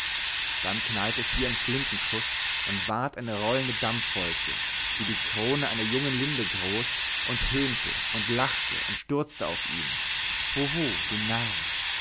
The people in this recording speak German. dann knallte es wie ein flintenschuß und ward eine rollende dampfwolke wie die krone einer jungen linde groß und höhnte und lachte und stürzte sich auf ihn hoho du narr